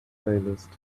playlist